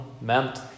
meant